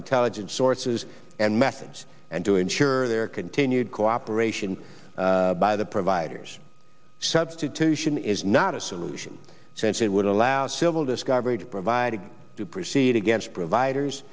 intelligence sources and methods and to ensure their continued cooperation by the providers substitution is not a solution since it would allow civil discovery to provide to proceed against providers